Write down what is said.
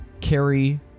Carry